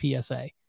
PSA